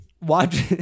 Watch